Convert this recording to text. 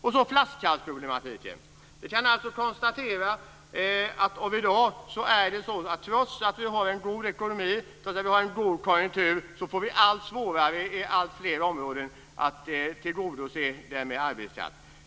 Så har vi flaskhalsproblematiken. Vi kan alltså konstatera att vi, trots att vi har en god ekonomi och god konjunktur, får allt svårare på alltflera områden att tillgodose behovet av arbetskraft.